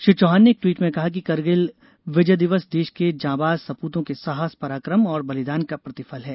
श्री चौहान ने एक ट्वीट में कहा कि करगिल विजय दिवस देश के जांबाज सपूतों के साहस पराकम और बलिदान का प्रतिफल है